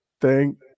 thank